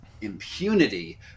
impunity